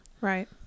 Right